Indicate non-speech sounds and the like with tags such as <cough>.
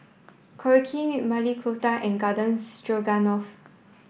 Korokke <unintelligible> Maili Kofta and Garden Stroganoff